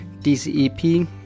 DCEP